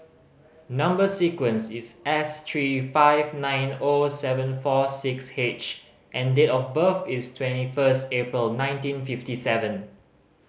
number sequence is S three five nine O seven four six H and date of birth is twenty first April nineteen fifty seven